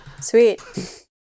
Sweet